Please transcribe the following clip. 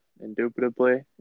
Indubitably